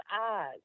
eyes